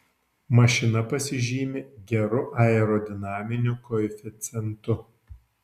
mašina pasižymi geru aerodinaminiu koeficientu